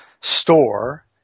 store